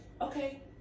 Okay